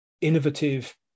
innovative